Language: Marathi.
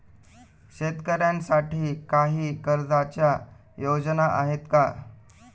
शेतकऱ्यांसाठी काही कर्जाच्या योजना आहेत का?